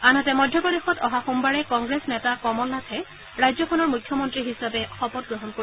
আনহাতে মধ্য প্ৰদেশত অহা সোমবাৰে কংগ্ৰেছ নেতা কমল নাথে ৰাজ্যখনৰ মখ্যমন্ত্ৰী হিচাপে শপত গ্ৰহণ কৰিব